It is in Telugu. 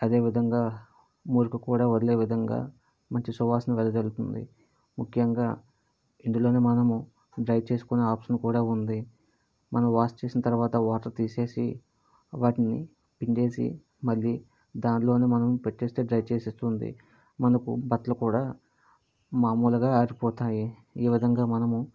అదే విధంగా మురుకు కూడా వదిలే విధంగా మంచి సువాసన వెదజల్లుతుంది ముఖ్యంగా ఇందులోనే మనము డ్రై చేసుకునే ఆప్షన్ కూడా ఉంది మనం వాష్ చేసిన తరువాత వాటరు తీసేసి వాటిని పిండేసి మళ్ళీ దానిలోనే మనం పెట్టేస్తే డ్రై చేసేస్తుంది మనకు బట్టలు కూడా మామూలుగా ఆరిపోతాయి ఈ విధంగా మనము